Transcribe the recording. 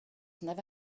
never